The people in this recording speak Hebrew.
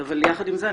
יחד עם זה,